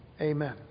Amen